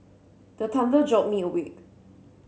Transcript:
the thunder jolt me awake